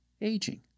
aging